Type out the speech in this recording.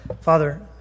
Father